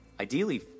Ideally